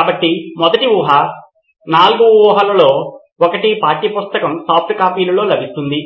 కాబట్టి మొదటి ఊహ నాల్గవ ఊహలలో ఒకటి పాఠ్యపుస్తకం సాఫ్ట్ కాపీలలో లభిస్తుంది